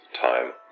time